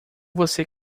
você